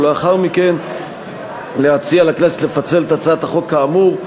ולאחר מכן להציע לכנסת לפצל את הצעת החוק כאמור.